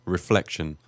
Reflection